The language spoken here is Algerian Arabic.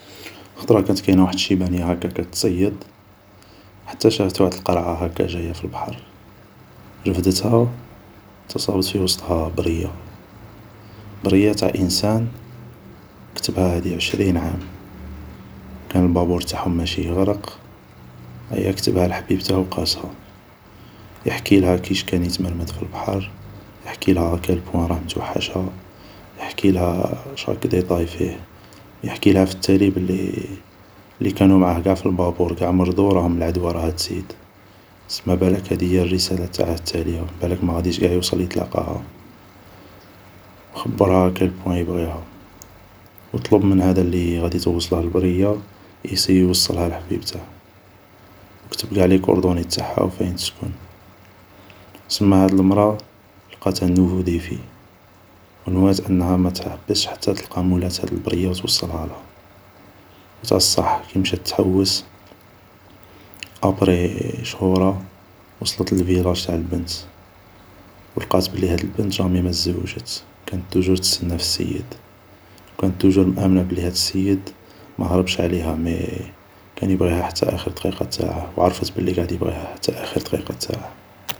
خطرا كانت كاين واحد الشيبانية كيما هاك كانت تصيد ، حتى شافت واحد القرعة هاكة جاية في البحر ، رفدتها ، تا صابت في وسطها برية ، برية تاع انسان كتبها هادي عشرين عام ، كان البابور تاعهم ماشي يغرق ايا كتبها لحبيبته و قاسها ، يحكيلها كيش كان متمرد في البحر ، يحكيلها اكال بوان راه متوحشها ، يحكيلها شاك ديتاي فيه ، يحكيلها بلي لي كانو معاه في البابور قاع مرضو و بلي العدوا راها تزيد، سما بالاك هادي هي الرسالة تاعه التالية ، بلاك ماغاديش قاع يوصل يتلاقاها ، و خبرها اكال بوان يبغيها ، و طلب من هادا الي غادي توصله لبرية ياسييي يوصلها لحبيبته ، كتب قاع لي كوردوني تاعها و فاين تسكن ، سما هاد المرا لقات ان نوفو ديفي ، و نوات ماتحبسش حتى تلقى مولات البرية و توصلهالها ، و تاع الصح كي مشات تحوس ابري شهورا ، وصلت للفيلاج تاع البنت ، ولقات بلي هاد البنت جامي ما زوجت ، كانت توجور تسنا في السيد ، و كانت توجور مامنا بلي هاد سيد ماهربش عليها ، مي كان يبغيها حتى اخر دقيقة تاعه و عرفت بلي قعد يبغيها حتى اخر دقيقة تاعه